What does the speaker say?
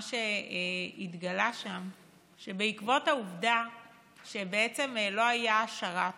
מה שהתגלה שם, הוא שבעקבות העובדה שלא היה שר"פ,